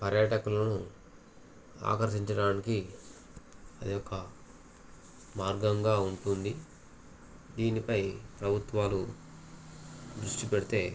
పర్యాటకులను ఆకర్షించడానికి అదొక మార్గంగా ఉంటుంది దీనిపై ప్రభుత్వాలు దృష్టి పెడితే